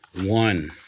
One